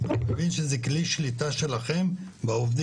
אני מבין שזה כלי שליטה שלכם בעובדים?